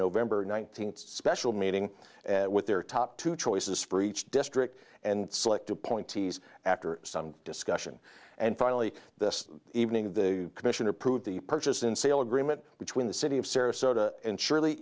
november nineteenth special meeting with their top two choices for each district and select appointees after some discussion and finally this evening the commission approved the purchase and sale agreement between the city of sarasota and surely